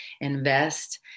invest